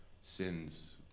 sins